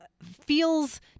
Feels